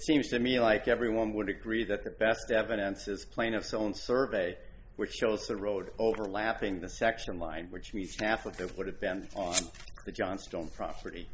seems to me like everyone would agree that the best evidence is plaintiff's own survey which shows a road overlapping the section line which means staff like that would have been on the johnstone property